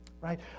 right